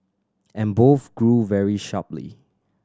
and both grew very sharply